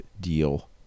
deal